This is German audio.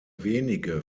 wenige